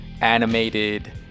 animated